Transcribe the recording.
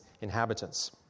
inhabitants